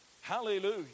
Hallelujah